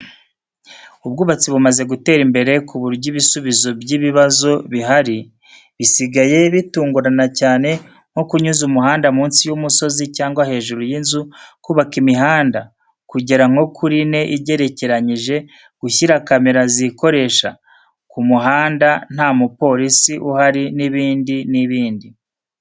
Ubwubatsi bumaze gutera imbere ku buryo ibisubizo by'ibibazo bihari bisigaye bitungurana cyane nko kunyuza umuhanda munsi y'umusozi cyangwa hejuru y' inzu, kubaka imihanda kugera nko kuri ine igerekeranyije, gushyira kamera zikoresha ku muhanda nta mupolisi uhari n' ibindi n' ibindi.